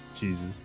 Jesus